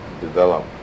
develop